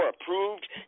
approved